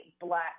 Black